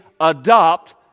adopt